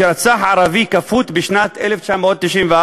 שרצח ערבי כפות בשנת 1994,